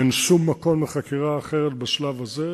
אין שום מקום לחקירה אחרת בשלב הזה,